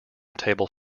table